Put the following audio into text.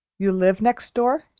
you live next door?